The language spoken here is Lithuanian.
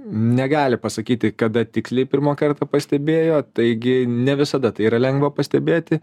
negali pasakyti kada tiksliai pirmą kartą pastebėjo taigi ne visada tai yra lengva pastebėti